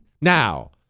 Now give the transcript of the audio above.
Now